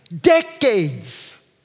decades